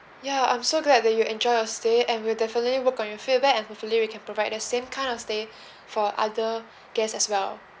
ya I'm so glad that you enjoy your stay and we'll definitely work on your feedback and hopefully we can provide the same kind of stay for other guest as well